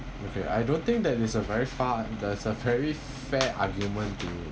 okay I don't think that is a very far that is a very fair argument to you